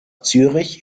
zürich